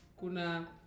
Kuna